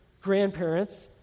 grandparents